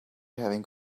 having